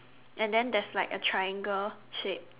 and then there's like a triangle shape